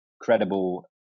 credible